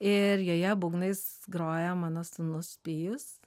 ir joje būgnais groja mano sūnus pijus